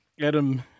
Adam